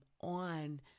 on